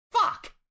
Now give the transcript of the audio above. fuck